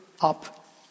up